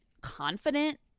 confident